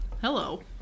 Hello